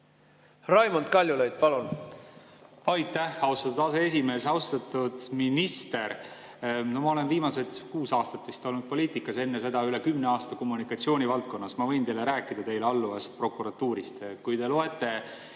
Raimond Kaljulaid, palun!